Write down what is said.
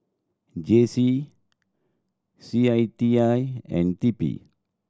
J C C I T I and T P